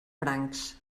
francs